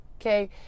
Okay